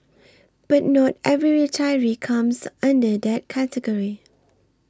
but not every retiree comes under that category